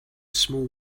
small